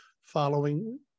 following